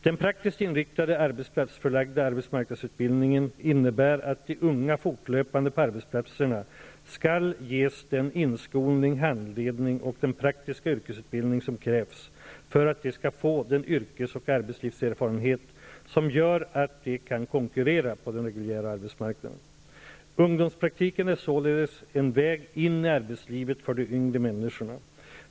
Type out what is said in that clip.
Den praktiskt inriktade arbetsplatsförlagda arbetsmarknadsutbildningen innebär att de unga fortlöpande på arbetsplatserna skall ges den inskolning, handledning och praktiska yrkesutbildning som krävs för att de skall få den yrkes och arbetslivserfarenhet som gör att de kan konkurrera på den reguljära arbetsmarknaden. Ungdomspraktiken är således en väg in i arbetslivet för de yngre människorna.